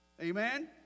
Amen